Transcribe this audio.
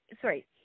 sorry